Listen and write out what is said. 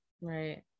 Right